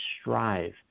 strive